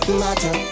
matter